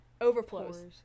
overflows